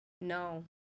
No